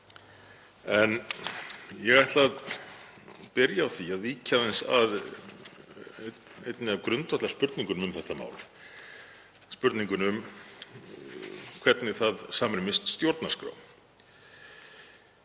Ég ætla að byrja á því að víkja aðeins að einni af grundvallarspurningunum um þetta mál, spurningunni um hvernig það samrýmist stjórnarskrá.